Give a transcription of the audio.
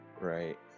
right